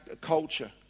culture